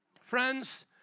Friends